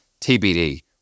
TBD